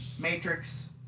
Matrix